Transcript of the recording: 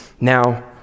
Now